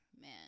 man